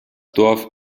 dorf